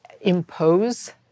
impose